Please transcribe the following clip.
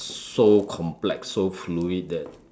so complex so fluid that